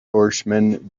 horseman